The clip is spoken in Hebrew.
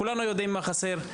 כולנו יודעים מה חסר,